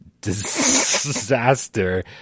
disaster